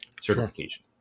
certification